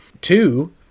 Two